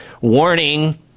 warning